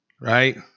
Right